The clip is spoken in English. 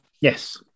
Yes